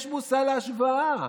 יש מושא להשוואה.